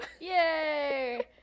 Yay